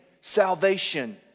Salvation